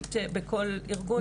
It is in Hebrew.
אחראית או ממונה